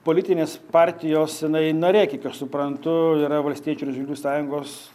politinės partijos jinai narė kiek aš suprantu yra valstiečių ir žalių sąjungos